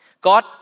God